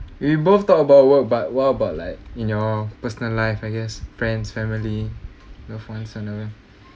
we both talk about work but what about like in your personal life I guess friends family loved ones and all that